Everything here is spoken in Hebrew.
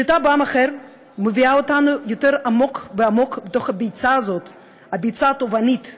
שליטה בעם אחר מביאה אותנו יותר ויותר עמוק לתוך הביצה הטובענית הזאת,